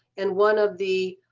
and one of the